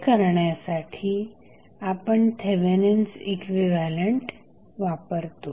हे करण्यासाठी आपण थेवेनिन्स इक्विव्हॅलंट वापरतो